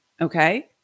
Okay